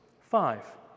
Five